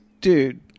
dude